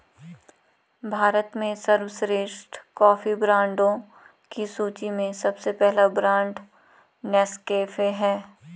भारत में सर्वश्रेष्ठ कॉफी ब्रांडों की सूची में सबसे पहला ब्रांड नेस्कैफे है